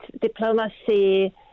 diplomacy